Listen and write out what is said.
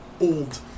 old